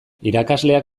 irakasleak